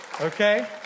Okay